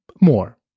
more